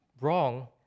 wrong